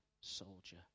soldier